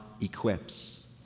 equips